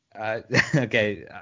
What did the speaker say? Okay